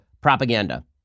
propaganda